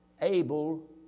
Abel